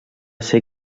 ser